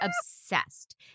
obsessed